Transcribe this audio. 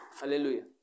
Hallelujah